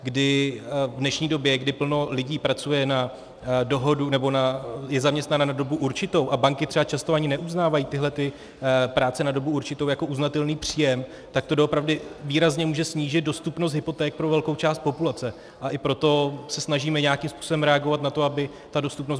V dnešní době, kdy plno lidí pracuje na dohodu nebo je zaměstnáno na dobu určitou a banky třeba často ani neuznávají tyto práce na dobu určitou jako uznatelný příjem, tak to doopravdy výrazně může snížit dostupnost hypoték pro velkou část populace, a i proto se snažíme nějakým způsobem reagovat na to, aby ta dostupnost byla lepší.